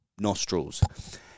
nostrils